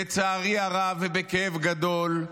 לצערי הרב ובכאב גדול,